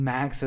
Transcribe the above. Max